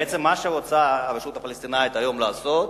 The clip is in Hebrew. בעצם, מה שרוצה הרשות הפלסטינית היום לעשות,